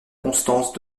constance